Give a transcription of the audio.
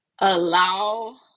allow